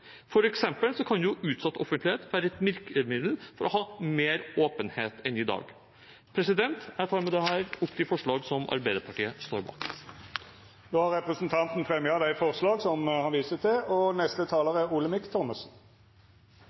kan utsatt offentlighet være et virkemiddel for mer åpenhet enn i dag. Jeg tar med dette opp de forslag Arbeiderpartiet er en del av. Representanten Eirik Sivertsen har teke opp dei forslaga han refererte til.